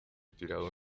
tirado